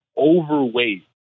Overweight